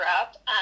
up